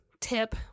tip